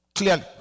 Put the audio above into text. clearly